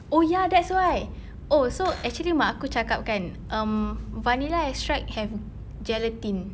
oh ya that's why oh so actually mak aku cakap kan um vanilla extract have gelatin